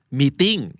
meeting